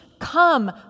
come